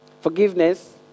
Forgiveness